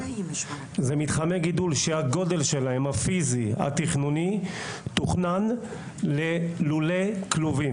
זה מתחמי גידול שהגודל הפיזי שלהם תוכנן ללולי כלובים.